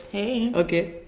hey. okay.